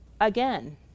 Again